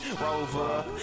Rover